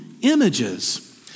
images